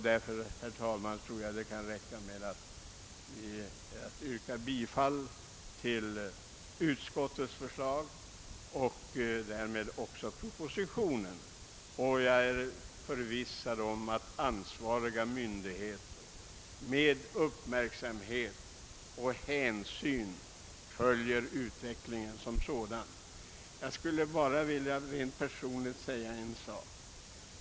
Därför tror jag, herr talman, att det kan räcka med att yrka bifall till utskottets förslag och därmed också till propositionen. Jag är förvissad om att ansvariga myndigheter med uppmärksamhet följer utvecklingen och tar hänsyn till den. Jag skulle bara vilja rent personligt säga en sak.